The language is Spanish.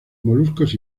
moluscos